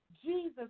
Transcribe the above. Jesus